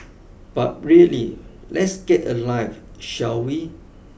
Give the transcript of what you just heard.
but really let's get a life shall we